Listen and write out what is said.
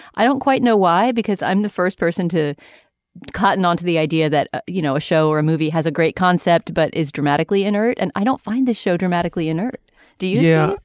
i don't quite know why. because i'm the first person to cottoned on to the idea that you know a show or a movie has a great concept but is dramatically inert and i don't find the show dramatically inert do you. yeah